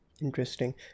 Interesting